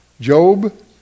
Job